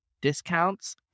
discounts